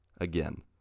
again